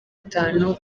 atanu